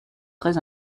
très